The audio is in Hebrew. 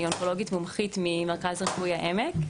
אני אונקולוגית מומחית במרכז הרפואי ׳העמק׳,